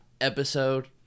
episode